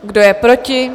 Kdo je proti?